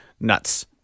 Nuts